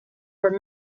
were